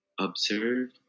observe